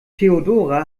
theodora